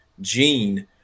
gene